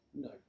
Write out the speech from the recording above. No